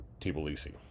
Tbilisi